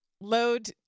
load